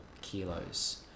kilos